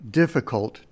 difficult